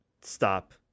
Stop